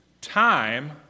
time